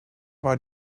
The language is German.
war